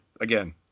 again